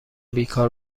بیکار